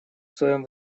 своем